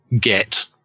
get